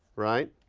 right?